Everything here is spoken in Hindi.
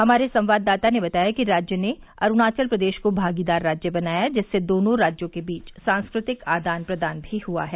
हमारे संवाददाता ने बताया कि राज्य ने अरूणाचल प्रदेश को भागीदार राज्य बनाया जिससे दोनों राज्यों के बीच सांस्कृतिक आदान प्रदान भी हुआ है